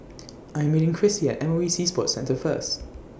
I Am meeting Krissy At M O E Sea Sports Centre First